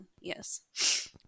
yes